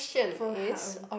confirm hard one